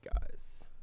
guys